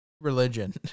religion